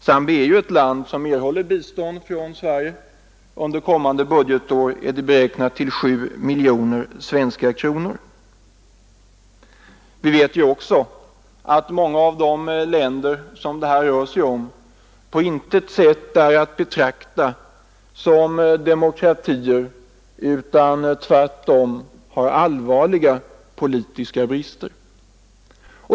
Zambia är ju ett land som erhåller bistånd från Sverige, och för kommande budgetår är en ökning av detta beräknat från 3,8 till 7 miljoner svenska kronor. Vi vet alltså att många av de länder som det här rör sig om på intet sätt är att betrakta som demokratier, utan tvärtom har allvarliga politiska brister.